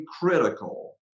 critical